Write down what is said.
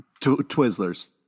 Twizzlers